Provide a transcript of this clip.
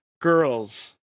girls